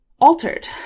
altered